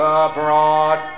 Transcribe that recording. abroad